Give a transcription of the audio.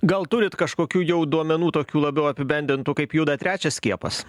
gal turit kažkokių jau duomenų tokių labiau apibendrintų kaip juda trečias skiepas